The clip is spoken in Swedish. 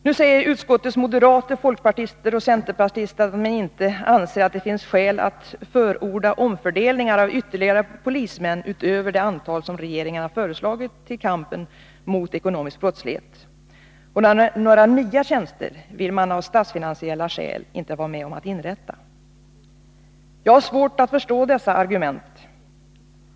—- Nu säger utskottets moderater, folkpartister och centerpartister att de inte anser att det finns skäl att förorda omfördelningar av ytterligare polismän utöver det antal som regeringen har föreslagit till kampen mot ekonomins brottslingar. Och några nya tjänster vill man av statsfinansiella skäl inte vara med om att inrätta. Jag har svårt att förstå dessa argument.